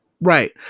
Right